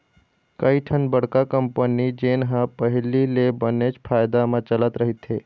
कइठन बड़का कंपनी जेन ह पहिली ले बनेच फायदा म चलत रहिथे